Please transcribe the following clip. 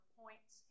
points